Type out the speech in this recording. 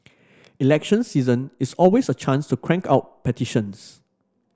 election season is always a chance crank out petitions